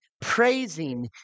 praising